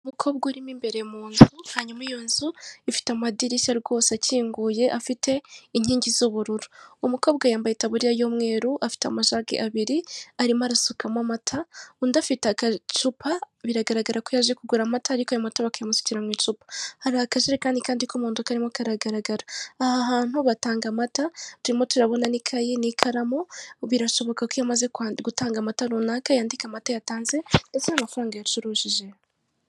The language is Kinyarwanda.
Umukobwa urimo imbere mu nzu, hanyuma iyo nzu ifite amadirishya rwose akinguye afite inkingi z'ubururu. Umukobwa yambaye itaburiye y'umweru afite amajage abiri arimo arasukamo amata. Undi afite agacupa, biragaraga ko yaje kugura amata ariko ayo mata bakayamusukira mu icupa. Hari akajerekani k'umuhondo kandi karimo karagaragara. Aha hantu batanga amata, turimo turabona n'ikaye n'ikaramu birashoboka ko iyo amaze gutanga amata runaka yandika amata yatanze ndetse n'amafaranga yacurujije.